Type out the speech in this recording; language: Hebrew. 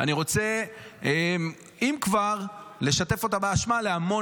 אני רוצה אם כבר לשתף אותה באשמה להמון